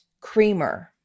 creamer